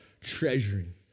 treasuring